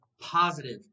positive